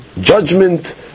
judgment